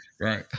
Right